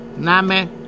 Name